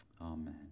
Amen